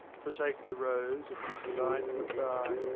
forsake the rose, and bid the vine good-bye.